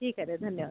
ठीक आहे तर धन्यवाद